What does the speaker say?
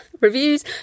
reviews